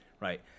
right